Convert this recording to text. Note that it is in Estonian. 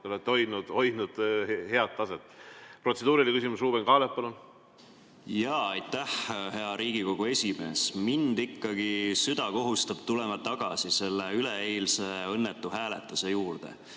te olete hoidnud head taset. Protseduuriline küsimus, Ruuben Kaalep, palun! Aitäh, hea Riigikogu esimees! Mind ikkagi süda kohustab tulema tagasi selle üleeilse õnnetu hääletuse juurde.